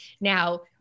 Now